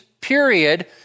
period